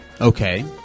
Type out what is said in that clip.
Okay